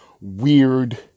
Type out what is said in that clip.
weird